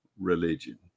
religion